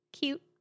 Cute